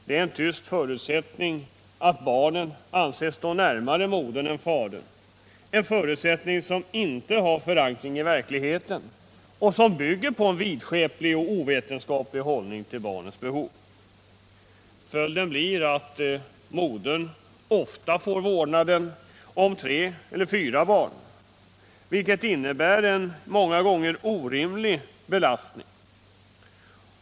Det är en tyst förutsättning att barnen anses stå närmare modern än fadern — en förutsättning som inte har förankring i verkligheten och som bygger på en vidskeplig och ovetenskaplig inställning till barnens behov. Följden blir att modern ofta får vårdnaden om tre eller fyra barn, vilket många gånger innebär en orimlig belastning.